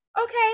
Okay